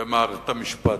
על מערכת המשפט.